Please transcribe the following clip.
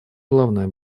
главное